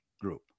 group